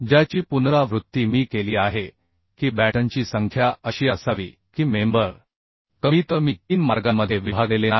ज्याची पुनरावृत्ती मी केली आहे की बॅटनची संख्या अशी असावी की मेंबर कमीतकमी 3 मार्गांमध्ये विभागलेले नाही